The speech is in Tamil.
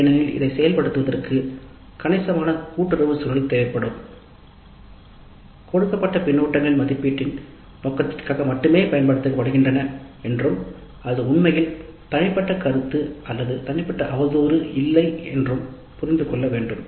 ஏனெனில் செயல்படுத்தல் இதற்கு கணிசமான கூட்டுறவு சூழல் தேவைப்படும் கொடுக்கப்பட்ட கருத்துக்கள்மதிப்பீட்டின் நோக்கத்திற்காக மட்டுமே பயன்படுத்தப்படுகின்றன என்றும் அது உண்மையில் தனிப்பட்ட கருத்து அல்லது தனிப்பட்ட அவதூறு என்றும் புரிந்து கொள்ள வேண்டும்